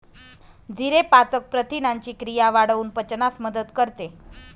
जिरे पाचक प्रथिनांची क्रिया वाढवून पचनास मदत करते